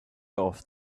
off